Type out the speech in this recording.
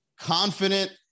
confident